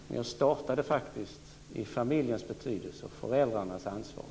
Men jag startade med familjens betydelse och föräldrarnas ansvar.